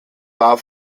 war